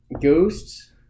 ghosts